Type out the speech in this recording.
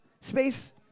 Space